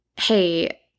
Hey